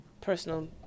personal